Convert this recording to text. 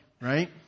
right